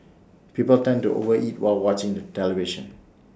people tend to over eat while watching the television